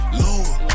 lower